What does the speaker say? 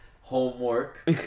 homework